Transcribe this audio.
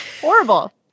Horrible